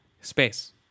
space